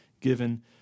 given